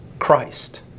Christ